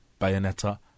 Bayonetta